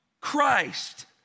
Christ